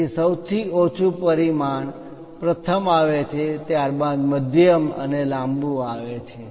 તેથી સૌથી ઓછું પરિમાણ પ્રથમ આવે છે ત્યારબાદ મધ્યમ અને લાંબુ આવે છે